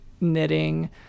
knitting